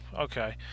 Okay